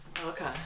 okay